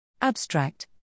Abstract